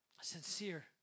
sincere